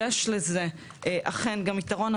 יש לזה אכן גם יתרון,